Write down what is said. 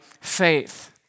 faith